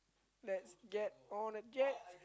lets get on again